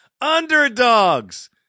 underdogs